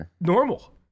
normal